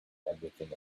everything